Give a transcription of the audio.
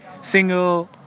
single